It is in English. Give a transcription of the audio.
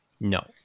no